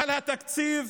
אי-אפשר לדבר על התקציב